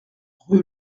rue